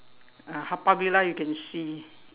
uh Haw-Par villa you can see